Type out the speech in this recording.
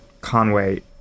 Conway